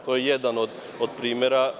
To je jedan od primera.